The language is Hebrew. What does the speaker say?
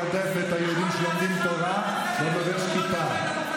מחרף ומגדף את היהודים שלומדים תורה וחובש כיפה.